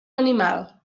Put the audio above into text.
animal